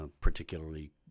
particularly